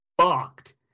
fucked